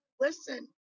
listen